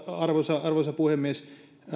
arvoisa arvoisa puhemies